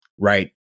right